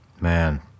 Man